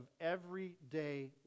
everyday